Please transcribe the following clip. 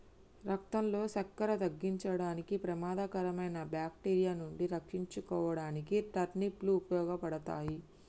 రక్తంలో సక్కెర తగ్గించడానికి, ప్రమాదకరమైన బాక్టీరియా నుండి రక్షించుకోడానికి టర్నిప్ లు ఉపయోగపడతాయి